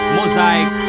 Mosaic